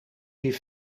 hier